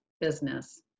business